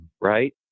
right